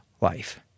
life